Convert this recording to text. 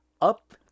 up